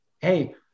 hey